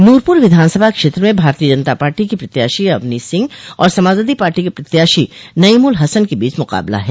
नूरपुर विधानसभा क्षेत्र में भारतीय जनता पार्टी की प्रत्याशी अवनी सिंह और समाजवादी पार्टी के प्रत्याशी नईमुल हसन के बीच मुकाबला है